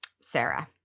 Sarah